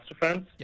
defense